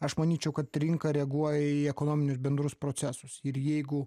aš manyčiau kad rinka reaguoja į ekonominius bendrus procesus ir jeigu